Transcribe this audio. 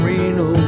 Reno